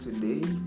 today